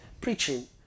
preaching